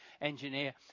engineer